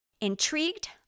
Intrigued